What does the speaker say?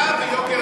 המחיה ויוקר הדיור.